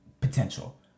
potential